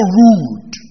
rude